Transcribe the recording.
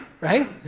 right